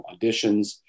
auditions